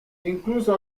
incluso